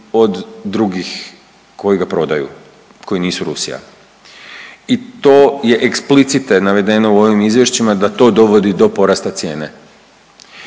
od drugih koji ga prodaju, koji nisu rusija. I to je eksplicite navedeno u ovim izvješćima da to dovodi do porasta cijene.